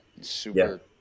super